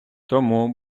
тому